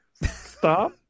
Stop